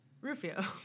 Rufio